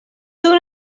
soon